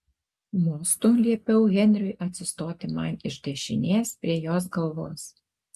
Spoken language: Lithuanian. mostu liepiau henriui atsistoti man iš dešinės prie jos galvos